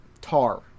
tar